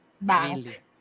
Bank